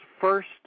first